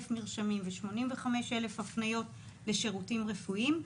מרשמים ו-85,000 הפניות לשירותים רפואיים.